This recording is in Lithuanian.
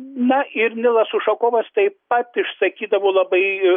na ir nilas ušakovas taip pat išsakydavo labai